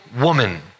woman